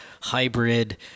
hybrid